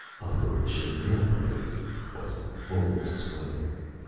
operation milkmaid was in full swing!